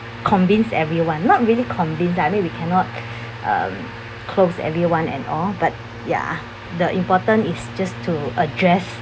convince everyone not really convinced lah I mean we cannot um close anyone and all but ya the important is just to address